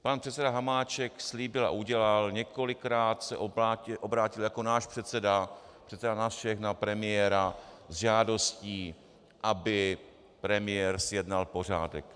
Pan předseda Hamáček slíbil a udělal, několikrát se obrátil jako náš předseda, předseda nás všech, na premiéra s žádostí, aby premiér zjednal pořádek.